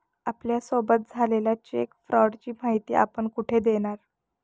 आपल्यासोबत झालेल्या चेक फ्रॉडची माहिती आपण कुठे देणार?